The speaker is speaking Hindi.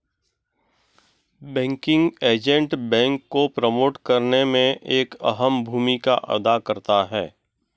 बैंकिंग एजेंट बैंक को प्रमोट करने में एक अहम भूमिका अदा करता है